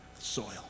soil